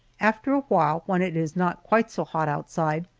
after a while, when it is not quite so hot outside,